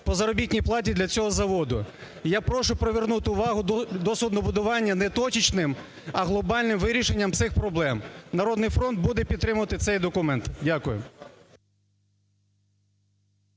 по заробітній платі для цього заводу. Я прошу привернути увагу до суднобудування не точечним, а глобальним вирішенням цих проблем. "Народний фронт" буде підтримувати цей документ. Дякую.